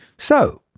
so,